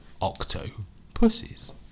octopuses